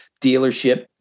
dealership